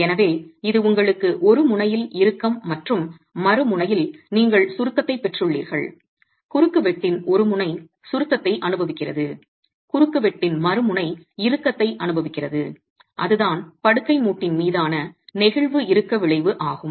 எனவே இது உங்களுக்கு ஒரு முனையில் இறுக்கம் மற்றும் மறுமுனையில் நீங்கள் சுருக்கத்தைப் பெற்றுள்ளீர்கள் குறுக்குவெட்டின் ஒரு முனை சுருக்கத்தை அனுபவிக்கிறது குறுக்குவெட்டின் மறுமுனை இறுக்கத்தை அனுபவிக்கிறது அதுதான் படுக்கை மூட்டின் மீதான நெகிழ்வு இறுக்க விளைவு ஆகும்